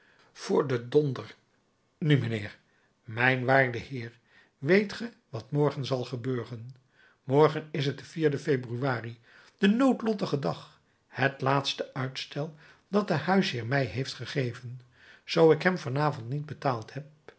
voor den d nu mijnheer mijn waarde heer weet ge wat morgen zal gebeuren morgen is het de de februari de noodlottige dag het laatste uitstel dat de huisheer mij heeft gegeven zoo ik hem van avond niet betaald heb